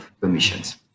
permissions